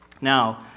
Now